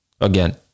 Again